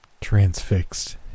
transfixed